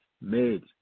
made